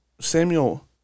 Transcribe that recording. Samuel